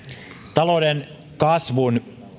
talouden kasvun